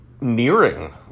nearing